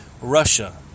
Russia